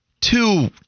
two